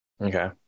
Okay